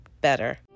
better